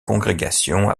congrégation